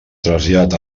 trasllat